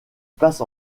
passe